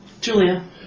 Julia